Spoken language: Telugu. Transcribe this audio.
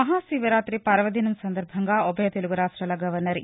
మహాశివరాతి పర్వదినం సందర్బంగా ఉభయ తెలుగు రాష్టాల గవర్నర్ జ